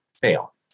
fail